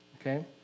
Okay